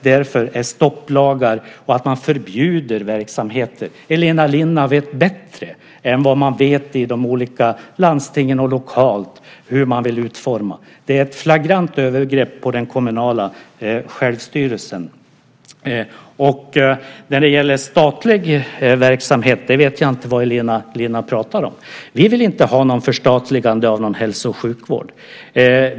Därför är stopplagar, förbud mot verksamheter och inställningen att Elina Linna vet bättre än vad man vet i de olika landstingen hur de vill utforma vården ett flagrant övergrepp på den kommunala självstyrelsen. När det gäller statlig verksamhet vet jag inte vad Elina Linna pratar om. Vi vill inte ha något förstatligande av vår hälso och sjukvård.